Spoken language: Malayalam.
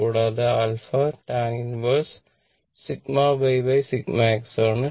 കൂടാതെ α tan 1 σyσx ആണ്